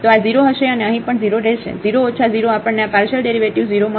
તો આ 0 હશે અને અહીં પણ 0 રહેશે 0 ઓછા 0 આપણને આ પાર્શિયલ ડેરિવેટિવ્ઝ 0 મળશે